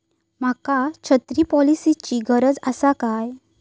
माका छत्री पॉलिसिची गरज आसा काय?